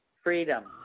freedom